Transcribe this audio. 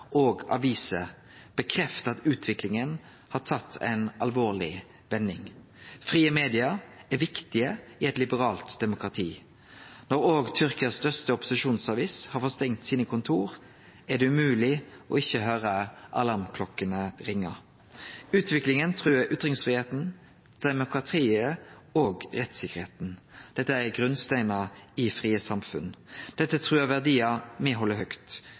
og aviser bekreftar at utviklinga har tatt ei alvorleg vending. Frie media er viktige i eit liberalt demokrati. Når òg Tyrkias største opposisjonsavis har fått stengt kontora sine, er det umogeleg ikkje å høyre alarmklokkene ringje. Utviklinga truar ytringsfridomen, demokratiet og rettstryggleiken. Dette er grunnsteinar i frie samfunn. Dette truar verdiar me held høgt